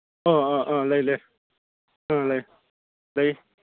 ꯑꯣ ꯑꯣ ꯑꯥ ꯑꯥ ꯂꯩ ꯂꯩ ꯑꯥ ꯂꯩ ꯂꯩ